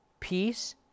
Peace